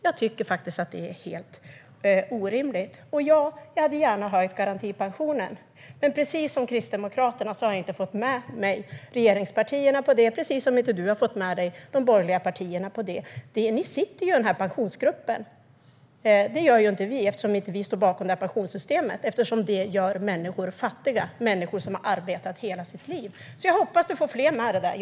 Jag tycker att det är helt orimligt. Jag hade gärna höjt garantipensionen. Men precis som du och Kristdemokraterna inte har fått med sig de borgerliga partierna på det har inte jag fått med mig regeringspartierna på det. Ni sitter i Pensionsgruppen. Det gör inte vi eftersom vi inte står bakom pensionssystemet - det som gör människor som har arbetat i hela sitt liv fattiga. Jag hoppas att du får fler med dig där.